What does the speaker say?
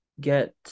get